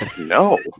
no